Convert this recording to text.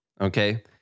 Okay